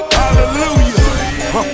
hallelujah